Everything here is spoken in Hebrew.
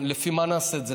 לפי מה נעשה את זה?